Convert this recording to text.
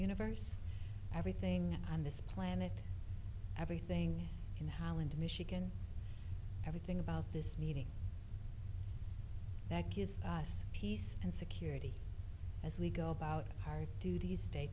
universe everything on this planet everything you know holland michigan everything about this meeting that gives us peace and security as we go about our duties day